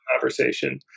conversation